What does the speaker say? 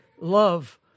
love